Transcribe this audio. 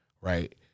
Right